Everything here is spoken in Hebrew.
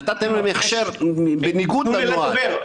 נתתם להם הכשר בניגוד לנוהל.